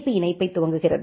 B இணைப்பை துவங்குகிறது